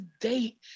date